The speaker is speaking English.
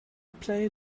play